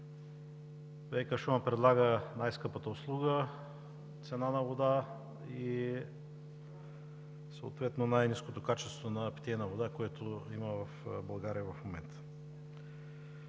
ВиК – Шумен, предлага най-скъпата услуга като цена на вода и съответно най-ниското качество на питейната вода, което има в България в момента.